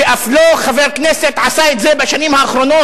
כשאף חבר כנסת לא עשה את זה בשנים האחרונות.